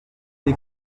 des